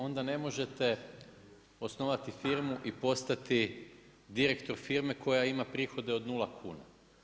Onda ne možete osnovati firmu i postati direktor firme koja ima prihode od nula kuna.